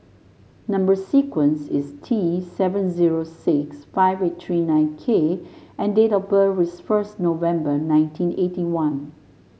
number sequence is T seven zero six five eight three nine K and date of birth is first November nineteen eighty one